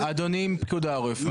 אדוני מפיקוד העורף,